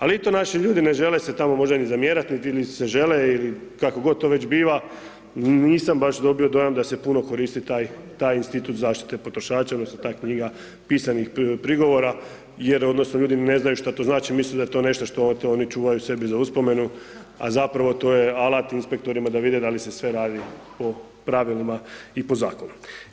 Ali, i to naši ljudi ne žele se tamo možda ni zamjerati niti se žele ili kako god to već biva, nisam baš dobio dojam da se puno koristi taj institut zaštite potrošača odnosno ta knjiga pisanih prigovora jer odnosno ljudi ne znaju šta to znači, misle da je to nešto što oni čuvaju sebi za uspomenu, a zapravo to je alat inspektorima da vide da li se sve radi o pravilima i po zakonu.